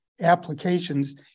applications